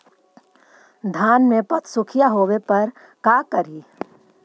धान मे पत्सुखीया होबे पर का करि?